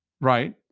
Right